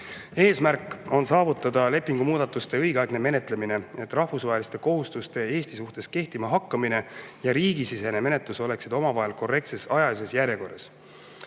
Eesmärk on saavutada lepingu muudatuste õigeaegne menetlemine, et rahvusvaheliste kohustuste Eesti suhtes kehtima hakkamine ja riigisisene menetlus oleksid korrektses ajalises järjekorras.